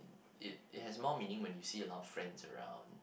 it it has more meaning when you see a lot of friends around